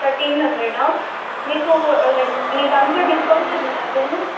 thirteen hundred మీకు like మీ దాట్లో డిస్కౌంట్స్ ఉన్నాయా ఏదన్నా